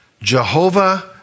Jehovah